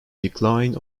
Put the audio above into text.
decline